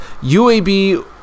UAB